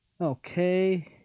okay